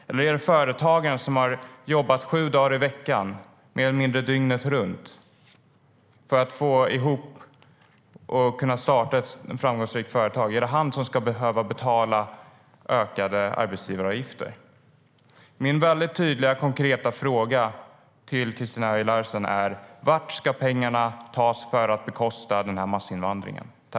Eller är det företagaren som har jobbat sju dagar i veckan mer eller mindre dygnet runt för att få ihop och kunna starta ett framgångsrikt företag som ska behöva betala ökade arbetsgivaravgifter?